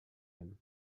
him